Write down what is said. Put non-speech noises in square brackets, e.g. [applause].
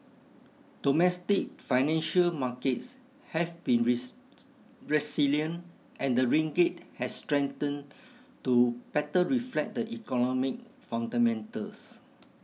domestic financial markets have been [unintelligible] resilient and the ringgit has strengthened to better reflect the economic fundamentals